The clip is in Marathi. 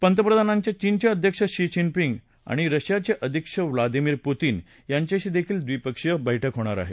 प्रधानमंत्र्यांची चीनचे अध्यक्ष शी जिनपिंग आणि रशियाचे अध्यक्ष व्लादिमीर पुतीन यांच्याशी देखील इिपक्षीय बैठक होणार आहे